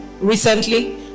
recently